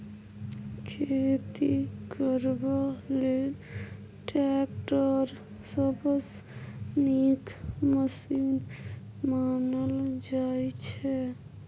खेती करबा लेल टैक्टर सबसँ नीक मशीन मानल जाइ छै